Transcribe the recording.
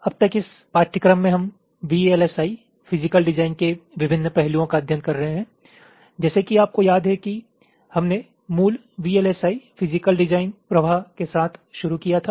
अब तक इस पाठ्यक्रम में हम वीएलएसआई फिजिकल डिजाइन के विभिन्न पहलुओं का अध्ययन कर रहे हैं जैसे कि आपको याद है कि हमने मूल वीएलएसआई फिजिकल डिजाइन प्रवाह के साथ शुरू किया था